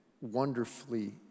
wonderfully